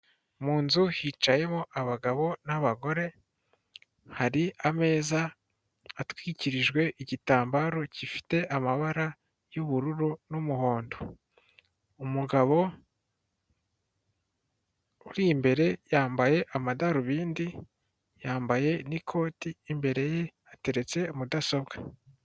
Mu nzu hicayemo abagabo n'abagore, hari ameza atwikirijwe igitambaro gifite amabara y'ubururu n'umuhondo. Umugabo uri imbere yambaye amadarubindi, yambaye n'ikoti imbere ye hateretse mudasobwa.